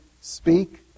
speak